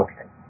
Okay